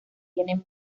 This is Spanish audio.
tienen